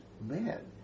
man